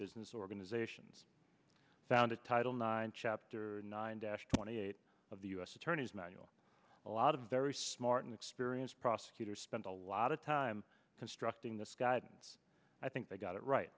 business organizations founded title nine chapter nine dash twenty eight of the u s attorney's manual a lot of very smart and experienced prosecutors spent a lot of time constructing this guidance i think they got it right